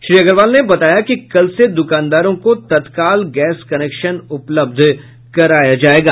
श्री अग्रवाल ने बताया कि कल से दूकानदारों को तत्काल गैस कनेक्शन उपलब्ध कराया जायेगा